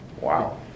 Wow